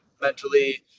mentally